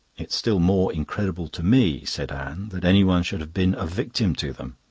it's still more incredible to me, said anne, that anyone should have been a victim to them.